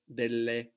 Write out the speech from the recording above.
delle